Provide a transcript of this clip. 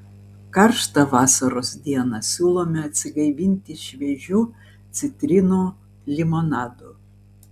karštą vasaros dieną siūlome atsigaivinti šviežiu citrinų limonadu